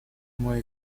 мой